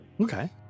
Okay